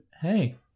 hey